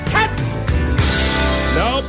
Nope